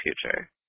future